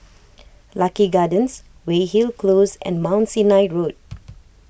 Lucky Gardens Weyhill Close and Mount Sinai Road